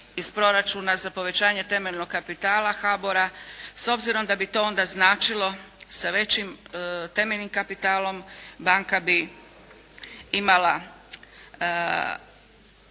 iz proračuna za povećanje temeljnog kapitala HBOR-a. S obzirom da bi to onda značilo sa većim temeljnim kapitalom banka bi imala,